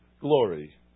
glory